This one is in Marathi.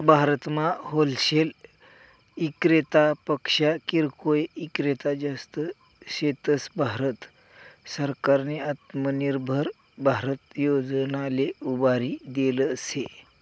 भारतमा होलसेल इक्रेतापक्सा किरकोय ईक्रेता जास्त शेतस, भारत सरकारनी आत्मनिर्भर भारत योजनाले उभारी देल शे